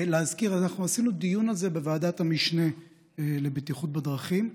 אנחנו עשינו על זה דיון בוועדת המשנה לבטיחות בדרכים,